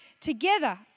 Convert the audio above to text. together